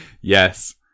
Yes